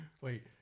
Wait